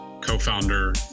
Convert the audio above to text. co-founder